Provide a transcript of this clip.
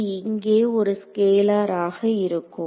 இது இங்கே ஒரு ஸ்கேலார் ஆக இருக்கும்